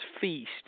Feast